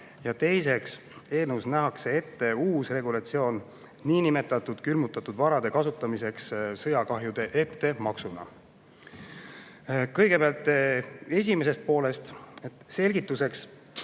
ja teiseks nähakse ette uus regulatsioon niinimetatud külmutatud varade kasutamiseks sõjakahjude ettemaksuna. Kõigepealt esimese poole kohta selgituseks,